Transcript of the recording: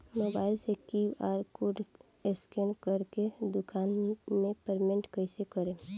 Mobile से QR code scan कर के दुकान मे पेमेंट कईसे करेम?